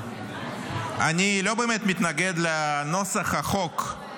אני לא באמת מתנגד לנוסח החוק,